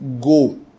Go